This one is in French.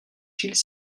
gilles